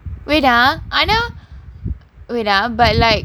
I know wait ah but like